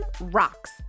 Rocks